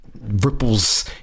ripples